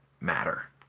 matter